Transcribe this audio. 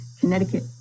Connecticut